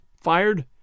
fired